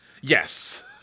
Yes